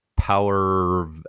power